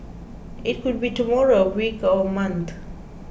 it could be tomorrow a week or a month